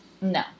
No